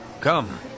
Come